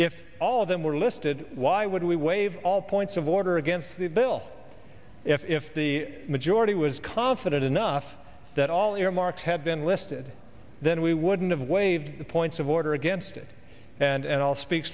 if all of them were listed why would we waive all points of order against the bill if the majority was confident enough that all earmarks had been listed then we wouldn't have waved the points of order against it and i'll speak